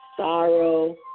sorrow